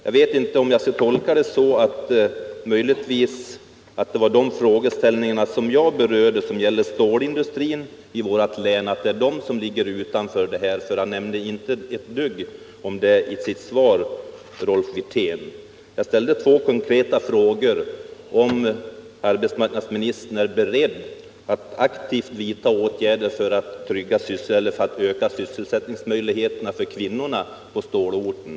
Jag vet inte om jag skall tolka det så, att det möjligtvis var de frågeställningar som jag berörde beträffande stålindustrin i vårt län som ligger utanför interpellationens ämne. Rolf Wirtén nämnde nämligen ingenting om dem i sitt svar. Jag ställde två konkreta frågor. Den ena var om arbetsmarknadsministern var beredd att aktivt vidta åtgärder för att öka sysselsättningsmöjligheterna för kvinnorna på stålorter.